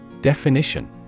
Definition